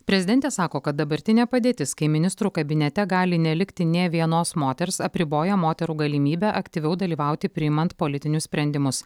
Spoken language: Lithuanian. prezidentė sako kad dabartinė padėtis kai ministrų kabinete gali nelikti nė vienos moters apriboja moterų galimybę aktyviau dalyvauti priimant politinius sprendimus